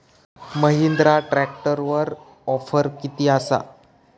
महिंद्रा ट्रॅकटरवर ऑफर किती आसा?